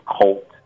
cult